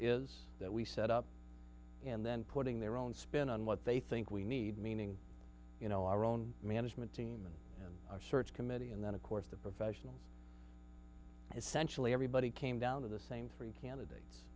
is that we set up and then putting their own spin on what they think we need meaning you know our own management team and our search committee and then of course the professionals essentially everybody came down to the same three candidates